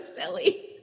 silly